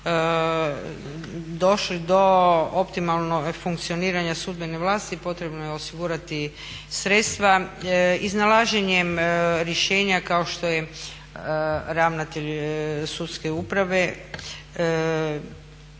došli do optimalnog funkcioniranja sudbene vlasti potrebno je osigurati sredstva iznalaženjem rješenja kao što je ravnatelj sudske uprave.